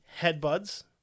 headbuds